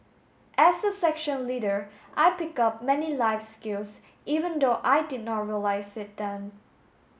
as a section leader I picked up many life skills even though I did not realise it then